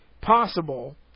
possible